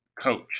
coach